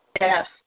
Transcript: Yes